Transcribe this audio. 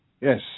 Yes